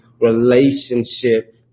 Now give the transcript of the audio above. relationship